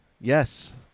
Yes